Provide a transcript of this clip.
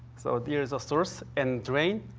so, there is a source and drain.